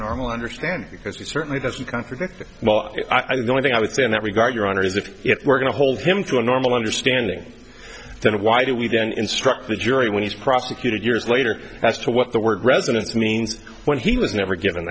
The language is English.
normal understand because he certainly doesn't contradict well i don't think i would say in that regard your honor is that we're going to hold him to a normal understanding then why do we then instruct the jury when he's prosecuted years later as to what the word residence means when he was never given